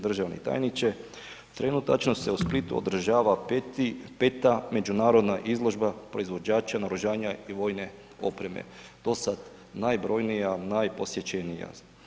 Državni tajniče, trenutačno se u Splitu održava 5. međunarodna izložba proizvođača naoružanja i vojne opreme, dosad najbrojnija, najposjećenija.